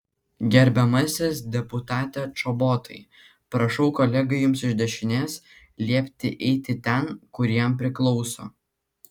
gerbiamasis deputate čobotai prašau kolegai jums iš dešinės liepti eiti ten kur jam priklauso